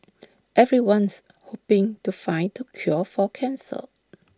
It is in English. everyone's hoping to find the cure for cancer